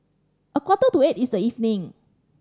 a quarter to eight in the evening